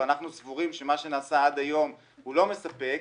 ואנחנו סבורים שמה שנעשה עד היום הוא לא מספק,